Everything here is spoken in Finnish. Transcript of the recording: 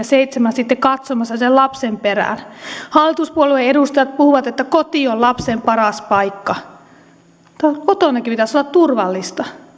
seitsemän sitten katsomassa sen lapsen perään hallituspuolueiden edustajat puhuvat että koti on lapsen paras paikka mutta kotonakin pitäisi olla turvallista